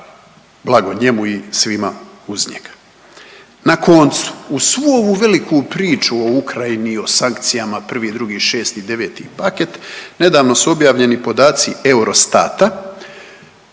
Blago njemu i svima uz njega. Na koncu uz svu ovu veliku priču o Ukrajini, o sankcijama 1, 2, 6 i 9 paket nedavno su objavljeni podaci Eurostata